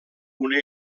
una